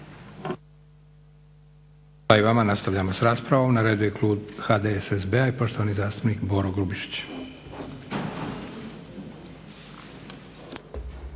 Hvala vam